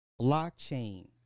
blockchain